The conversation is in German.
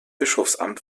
bischofsamt